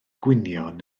gwynion